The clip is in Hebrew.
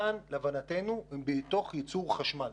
להבנתנו הנתונים כאן הם מתוך ייצור החשמל.